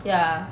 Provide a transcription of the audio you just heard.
ya